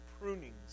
prunings